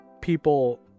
people